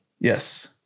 Yes